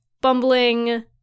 bumbling